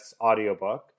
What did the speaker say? audiobook